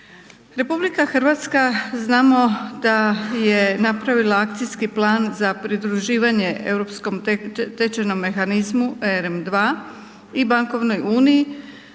RH znamo da je napravila Akcijski plan za pridruživanje europskom tečajnom mehanizmu ERM II i bankovnoj uniji